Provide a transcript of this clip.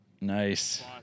Nice